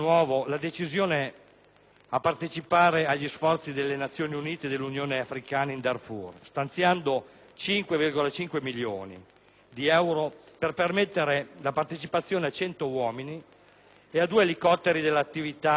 di partecipare agli sforzi delle Nazioni Unite e dell'Unione africana in Darfur, stanziando 5,5 milioni di euro per permettere a 100 uomini e a due elicotteri la partecipazione